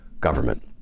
government